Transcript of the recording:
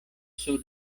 sur